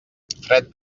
fred